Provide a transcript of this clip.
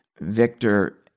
Victor